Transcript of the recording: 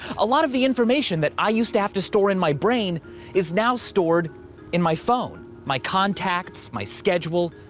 a lot of the information that i used to have to store in my brain is now stored in my phone, my contacts, my schedule.